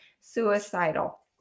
suicidal